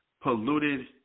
polluted